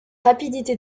rapidité